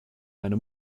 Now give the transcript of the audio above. meine